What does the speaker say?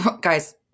guys